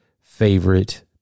favorite